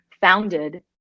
founded